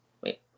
Wait